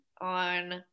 on